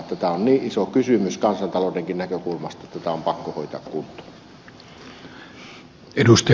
tämä on niin iso kysymys kansantaloudenkin näkökulmasta että tämä on pakko hoitaa kuntoon